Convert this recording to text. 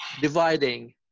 dividing